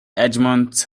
edgemont